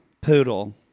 Poodle